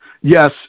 Yes